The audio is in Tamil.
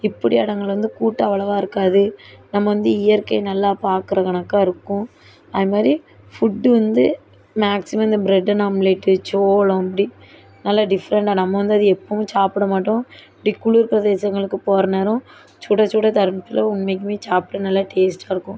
இப்படி இடங்கள் வந்து கூட்டம் அவ்ளவாக இருக்காது நம்ம வந்து இயற்கை நல்லா பாக்கிற கணக்காக இருக்கும் அது மாதிரி ஃபுட்டு வந்து மேக்சிமம் இந்த ப்ரட் அண்ட் ஆம்ப்லேட்டு சோளம் இப்படி நல்லா டிஃப்ரெண்ட்டாக நம்ம வந்து அதை எப்போதும் சாப்பிட மாட்டோம் இப்படி குளிர் பிரதேசங்களுக்கு போகிற நேரம் சுட சுட தர்றதுல உண்மைக்கும் சாப்பிட நல்லா டேஸ்ட்டாக இருக்கும்